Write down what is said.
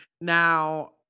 now